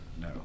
no